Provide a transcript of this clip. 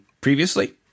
previously